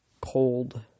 cold